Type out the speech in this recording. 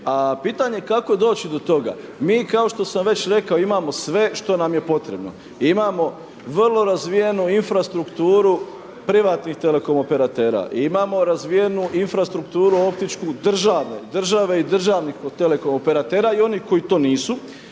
A pitanje kako doći do toga? Mi kao što sam već rekao imamo sve što nam je potrebno. Imamo vrlo razvijenu infrastrukturu privatnih telekom operatera. I imao razvijenu infrastrukturu optičku države i državnih telekom operatera i onih koji to nisu.